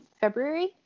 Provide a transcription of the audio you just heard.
February